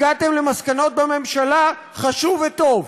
הגעתם למסקנות בממשלה, חשוב וטוב.